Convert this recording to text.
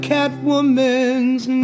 Catwoman's